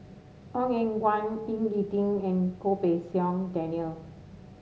Ong Eng Guan Ying E Ding and Goh Pei Siong Daniel